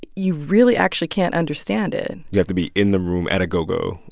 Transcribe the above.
you really actually can't understand it you have to be in the room at a go-go.